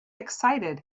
excited